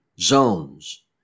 zones